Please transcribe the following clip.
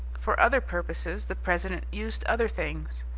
for other purposes the president used other things.